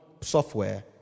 software